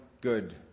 good